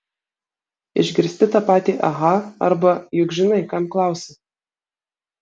išgirsti tą patį aha arba juk žinai kam klausi